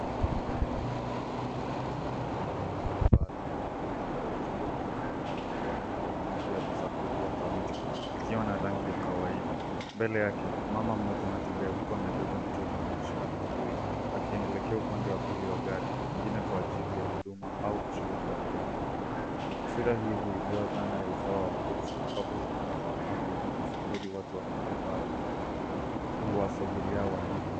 Gari la huduma ya afya limesimama pembeni ya barabara, imeandikwa ujumbe unaonekana kuwa ni kliniki ya usafiri ya county ikiwa na rangi ya kawaida mbele yake mama moja anatemea huku amebeba mtoto na kushika mwavuli akielekea upande wa mbili wa gari, pengine kwa aili ya hudumu au shauri wa kiafya. Taswira huipua dhana ya usawa wa fursa ambao huduma za afya akisubiri watu wafike mbali kuwasongelea walipo.